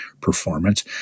performance